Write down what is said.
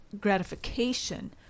gratification